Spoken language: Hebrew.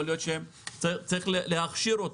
יכול להיות שצריך להכשיר אותם.